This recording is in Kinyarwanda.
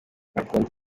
akunda